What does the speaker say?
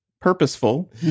Purposeful